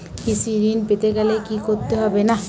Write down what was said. কৃষি ঋণ পেতে গেলে কি করতে হবে?